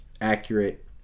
accurate